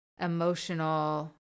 emotional